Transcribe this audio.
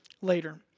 later